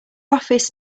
office